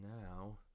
now